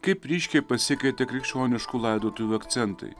kaip ryškiai pasikeitė krikščioniškų laidotuvių akcentai